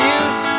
use